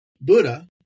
Buddha